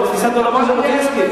זה תפיסת עולם של ז'בוטינסקי.